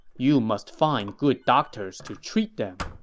you must find good doctors to treat them.